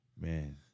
man